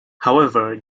however